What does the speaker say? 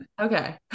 Okay